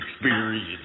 Experience